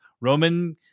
Roman